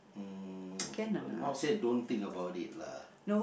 mm not say don't think about it lah